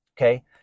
Okay